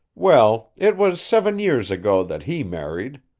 well, it was seven years ago that he married.